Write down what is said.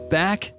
back